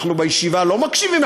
אנחנו בישיבה לא מקשיבים,